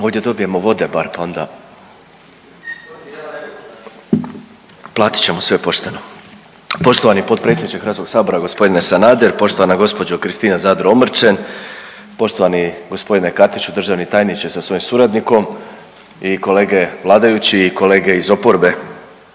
klupe se ne razumije/… …platit ćemo sve pošteno. Poštovani potpredsjedniče HS g. Sanader, poštovana gđo. Kristina Zadro Omrčen, poštovani g. Katiću državni tajniče sa svojim suradnikom i kolege vladajući i kolege iz oporbe.